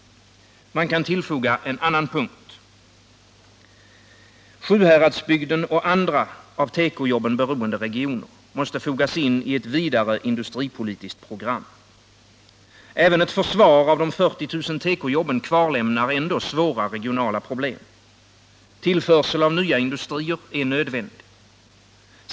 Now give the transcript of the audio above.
Man kan tillfoga en annan punkt. Sjuhäradsbygden och andra av tekojobben beroende regioner måste fogas in i ett vidare industripolitiskt program. Även ett försvar av de 40000 tekojobben kvarlämnar svåra regionala problem. Tillförsel av nya industrier är nödvändig.